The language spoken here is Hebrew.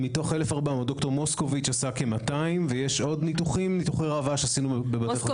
דר' מוסקוביץ עשה כ-200 ויש עוד כמה ניתוחי ראווה שעשינו בבתי חולים,